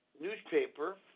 newspaper